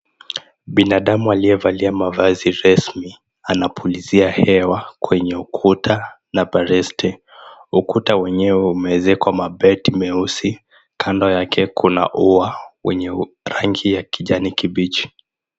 Binadamu aliyevalia mavazi rasmi anapulizia hewa kwenye ukuta na bareste. Ukuta wenyewe umeezekwa mabati meusi. Kando yake kuna ua wenye rangi ya kijani kibichi.